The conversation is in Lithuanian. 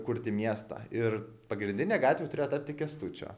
kurti miestą ir pagrindinė gatvė turėjo tapti kęstučio